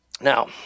Now